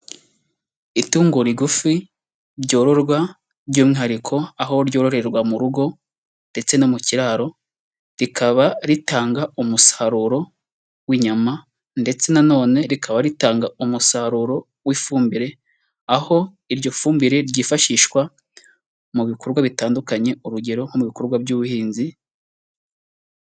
Itungo rigufi ryororwa by'umwihariko aho ryoroherwa mu rugo ndetse no mu kiraro, rikaba ritanga umusaruro w'inyama ndetse na none rikaba ritanga umusaruro w'ifumbire, aho iryo fumbire ryifashishwa mu bikorwa bitandukanye urugero mu nko mu bikorwa by'ubuhinzi.